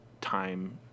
time